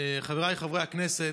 חבריי חברי הכנסת,